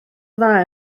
dda